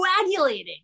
coagulating